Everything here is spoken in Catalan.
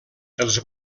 els